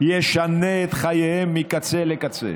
ישנה את חייהם מקצה לקצה.